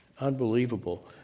Unbelievable